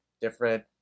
different